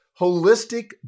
Holistic